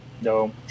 No